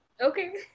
Okay